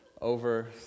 over